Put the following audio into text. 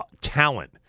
talent